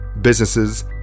businesses